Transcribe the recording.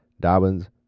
Dobbins